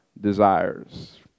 desires